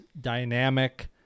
dynamic